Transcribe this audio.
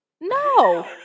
No